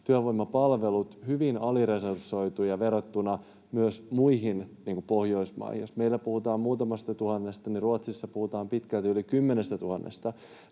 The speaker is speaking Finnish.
työvoimapalvelut hyvin aliresursoituja verrattuna muihin Pohjoismaihin. Jos meillä puhutaan muutamasta tuhannesta, niin Ruotsissa puhutaan pitkälti